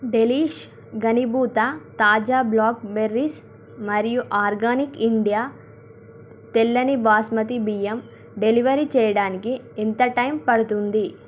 delish ఘనీభూత తాజా blackberries మరియు ఆర్గానిక్ ఇండియా తెల్లని బాస్మతి బియ్యం డెలివరీ చేయడానికి ఎంత టైమ్ పడుతుంది